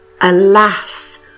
Alas